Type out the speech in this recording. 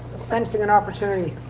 sensing an opportunity.